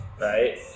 Right